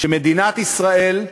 שמדינת ישראל,